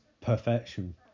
perfection